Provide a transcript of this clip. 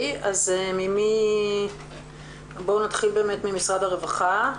נתחיל ממשרד הרווחה.